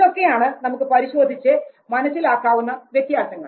ഇതൊക്കെയാണ് നമുക്ക് പരിശോധിച്ചു മനസ്സിലാക്കാവുന്ന വ്യത്യാസങ്ങൾ